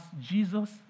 Jesus